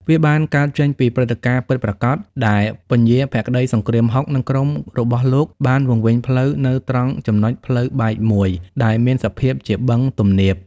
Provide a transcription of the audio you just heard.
វាបានកើតចេញពីព្រឹត្តិការណ៍ពិតប្រាកដដែល ពញាភក្តីសង្គ្រាមហុក និងក្រុមរបស់លោកបានវង្វេងផ្លូវនៅត្រង់ចំណុចផ្លូវបែកមួយ ដែលមានសភាពជាបឹងទំនាប។